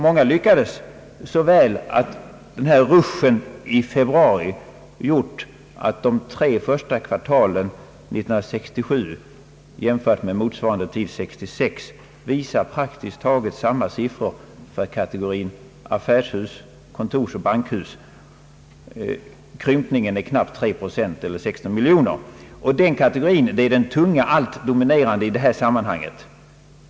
Många lyckades så väl att denna rusch i februari gjort att de tre första kvartalen 1967 jämfört med motsvarande tid 1966 visar praktiskt taget samma siffror för kategorin affärshus, kontorsoch = bankhus. Krympningen är knappt 3 procent eller 16 miljoner kronor. Den kategorin är den tunga, allt dominerande i detta sammanhang.